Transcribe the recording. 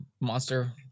monster